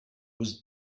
was